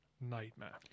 nightmare